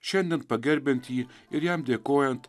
šiandien pagerbiant jį ir jam dėkojant